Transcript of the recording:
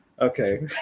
Okay